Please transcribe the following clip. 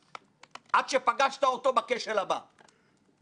ולצערי אני לא רואה ממשלה שיהיה לה